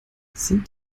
sind